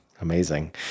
Amazing